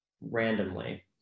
randomly